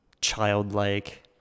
childlike